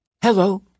hello